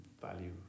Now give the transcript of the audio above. value